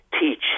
teach